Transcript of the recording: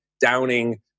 downing